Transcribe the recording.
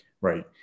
Right